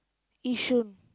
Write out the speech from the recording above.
Yishun